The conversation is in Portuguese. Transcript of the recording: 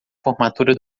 formatura